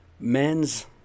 Men's